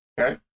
Okay